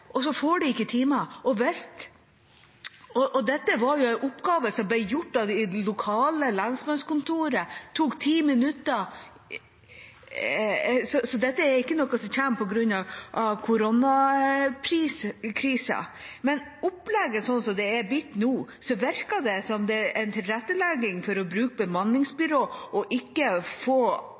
så får de ikke timer. Dette var en oppgave som ble gjort av det lokale lensmannskontoret. Det tok ti minutter. Dette er ikke noe som kommer på grunn av koronakrisen. Med opplegget slik det er blitt nå, virker det som om det er en tilrettelegging for å bruke bemanningsbyrå og ikke få